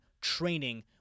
training